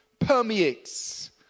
permeates